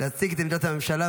להציג את עמדת הממשלה,